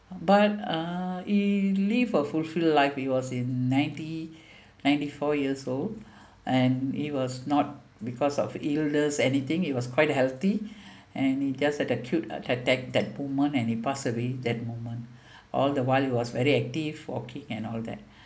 but uh he live a fulfilled life he was in ninety ninety four years old and he was not because of illness anything he was quite healthy and just had acute attack that moment and he pass away that moment all the while he was very active hockey and all that